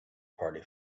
party